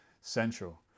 central